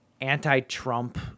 anti-Trump